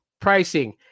pricing